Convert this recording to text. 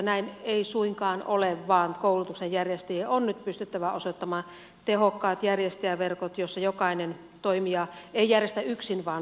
näin ei suinkaan ole vaan koulutuksen järjestäjien on nyt pystyttävä osoittamaan tehokkaat järjestäjäverkot joissa jokainen toimija ei järjestä yksin vaan vahvuutta kootaan